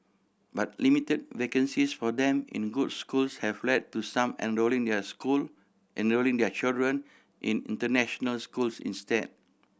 but limited vacancies for them in good schools have led to some enrolling their school enrolling their children in international schools instead